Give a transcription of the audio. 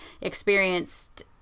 experienced